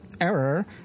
error